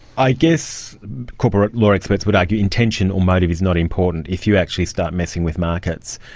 i guess corporate law experts would argue intention or motive is not important. if you actually start messing with markets,